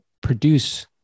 produce